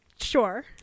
sure